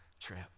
trip